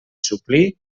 suplir